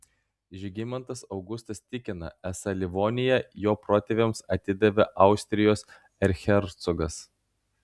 žygimantas augustas tikina esą livoniją jo protėviams atidavė austrijos erchercogas